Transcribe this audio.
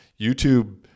YouTube